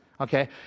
Okay